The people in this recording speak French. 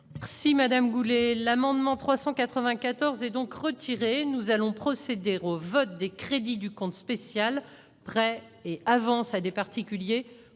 Merci Madame Goulet, l'amendement 394 et donc retirés, nous allons procéder Rove vote des crédits du compte spécial prêts et avances à des particuliers